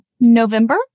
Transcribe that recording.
November